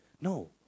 No